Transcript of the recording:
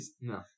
No